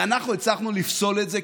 ואנחנו הצלחנו לפסול את זה,